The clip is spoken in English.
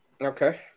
Okay